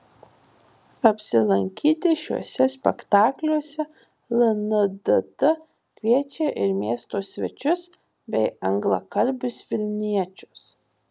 apsilankyti šiuose spektakliuose lndt kviečia ir miesto svečius bei anglakalbius vilniečius